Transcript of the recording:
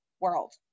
world